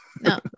No